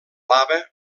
lava